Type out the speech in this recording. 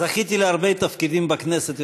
זכיתי להרבה תפקידים בכנסת,